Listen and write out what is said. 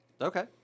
Okay